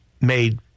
made